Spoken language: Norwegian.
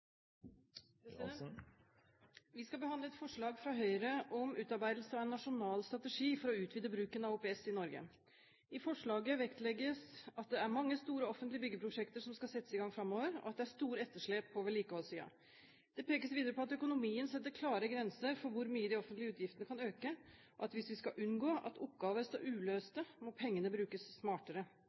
Vi skal behandle et forslag fra Høyre om utarbeidelse av en nasjonal strategi for å utvide bruken av OPS i Norge. I forslaget vektlegges det at det er mange store offentlige byggeprosjekter som skal settes i gang framover, og at det er store etterslep på vedlikeholdssiden. Det pekes videre på at økonomien setter klare grenser for hvor mye de offentlige utgiftene kan øke, og at hvis vi skal unngå at oppgaver står uløste, må